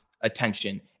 attention